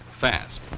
fast